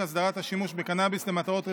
הסדרת השימוש בקנביס למטרות רפואיות,